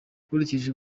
nkurikije